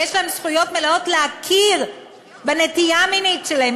ויש להם זכויות מלאות להכרה בנטייה המינית שלהם,